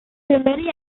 many